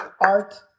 art